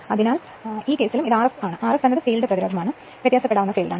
അതിനാൽ ഈ കേസിലും ഇത് Rf ആണ് Rf എന്നത് ഫീൽഡ് പ്രതിരോധമാണ് ഇതും വ്യത്യാസപ്പെടാവുന്ന ഫീൽഡാണ്